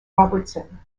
robertson